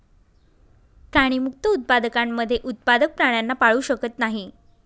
प्राणीमुक्त उत्पादकांमध्ये उत्पादक प्राण्यांना पाळू शकत नाही